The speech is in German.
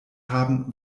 haben